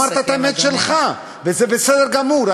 אתה אמרת את האמת שלך, וזה בסדר גמור.